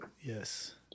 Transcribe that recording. Yes